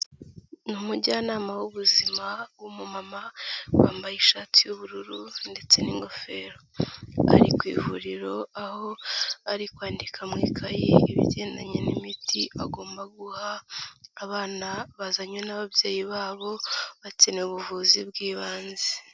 Ni umujyanama w'ubuzima w'umumama wambaye ishati y'ubururu ndetse n'ingofero, ari ku ivuriro aho ari kwandika mu ikayi ibigendanye n'imiti bagomba guha abana bazanye n'ababyeyi babo bakeneye ubuvuzi bw'ibanze.